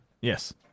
yes